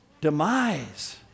demise